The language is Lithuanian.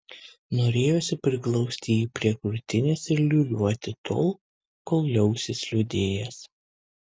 norėjosi priglausti jį prie krūtinės ir liūliuoti tol kol liausis liūdėjęs